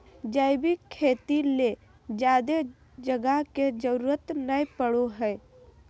जैविक खेती ले ज्यादे जगह के जरूरत नय पड़ो हय